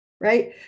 right